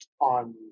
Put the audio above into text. on